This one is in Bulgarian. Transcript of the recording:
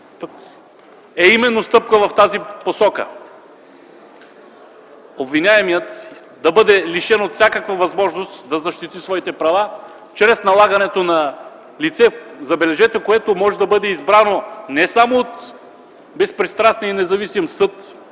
е именно стъпка в тази посока – обвиняемият да бъде лишен от всякаква възможност да защити своите права чрез налагането на лице, забележете, което може да бъде избрано не само от безпристрастния и независим съд,